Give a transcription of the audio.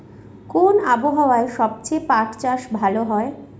কোন আবহাওয়ায় সবচেয়ে পাট চাষ ভালো হয়?